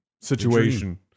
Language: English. situation